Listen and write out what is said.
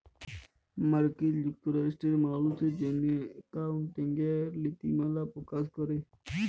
মার্কিল যুক্তরাষ্ট্রে মালুসের জ্যনহে একাউল্টিংয়ের লিতিমালা পকাশ ক্যরে